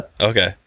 Okay